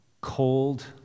cold